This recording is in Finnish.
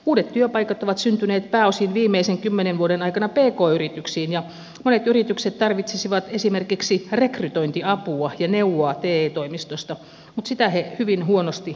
uudet työpaikat ovat syntyneet pääosin viimeisen kymmenen vuoden aikana pk yrityksiin ja monet yritykset tarvitsisivat esimerkiksi rekrytointiapua ja neuvoa te toimistosta mutta sitä he hyvin huonosti kuulemma saavat